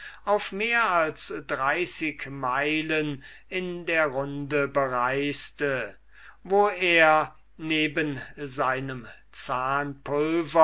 auf mehr als dreißig meilen in der runde bereisete wo er neben seinen